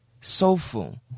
Soulful